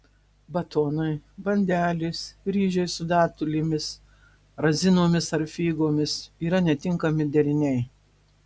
batonai bandelės ryžiai su datulėmis razinomis ar figomis yra netinkami deriniai